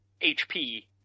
hp